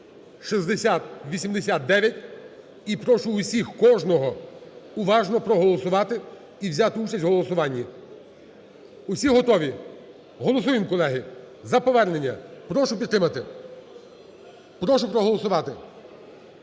6089 і прошу усіх, кожного уважно проголосувати і взяти участь в голосуванні. Усі готові? Голосуєм, колеги, за повернення. Прошу підтримати. Прошу проголосувати.